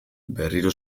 berriro